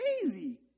crazy